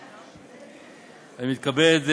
אני מתכבד להודיע,